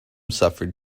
suffered